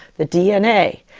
the dna?